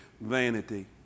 vanity